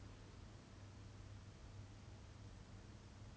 maybe a possessiveness thing you know the alpha male